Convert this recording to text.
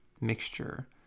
mixture